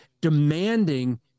demanding